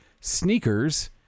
Sneakers